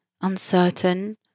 uncertain